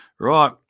Right